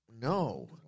No